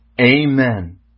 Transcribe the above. Amen